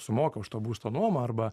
sumoka už to būsto nuomą arba